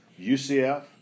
UCF